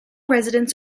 residents